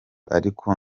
ariko